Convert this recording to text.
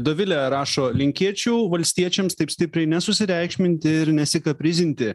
dovilė rašo linkėčiau valstiečiams taip stipriai nesusireikšminti ir nesikaprizinti